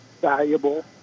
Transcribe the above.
valuable